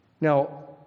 Now